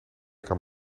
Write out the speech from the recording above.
kan